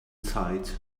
sight